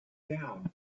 down